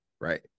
right